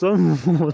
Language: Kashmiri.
سُہ موٗد